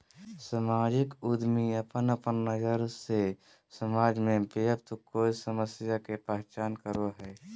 सामाजिक उद्यमी अपन अपन नज़र से समाज में व्याप्त कोय समस्या के पहचान करो हइ